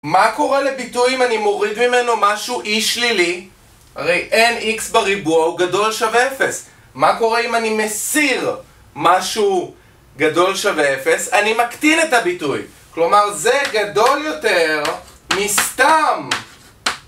מה קורה לביטוי אם אני מוריד ממנו משהו אי שלילי, הרי nx בריבוע הוא גדול שווה 0? מה קורה אם אני מסיר משהו גדול שווה 0? אני מקטין את הביטוי. כלומר, זה גדול יותר מסתם.